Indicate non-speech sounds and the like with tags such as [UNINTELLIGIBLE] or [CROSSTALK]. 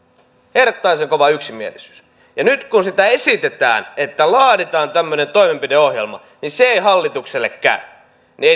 herttaisen kova yksimielisyys nyt kun sitä esitetään että laaditaan tämmöinen toimenpideohjelma niin se ei hallitukselle käy niin [UNINTELLIGIBLE]